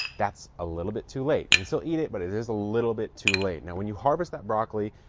that's a little bit too late. you can still eat it, but it is a little bit too late. now when you harvest that broccoli,